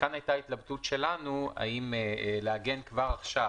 וכאן הייתה התלבטות שלנו האם לעגן כבר עכשיו